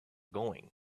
going